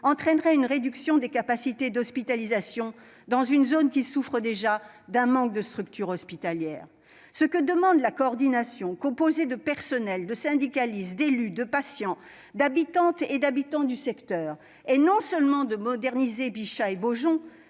provoque une réduction des capacités d'hospitalisation dans une zone qui souffre déjà d'un manque de structures hospitalières ? Ce que demande la coordination composée de personnels, de syndicalistes, d'élus, de patients, d'habitantes et d'habitants du secteur, c'est non seulement de moderniser Bichat et Beaujon,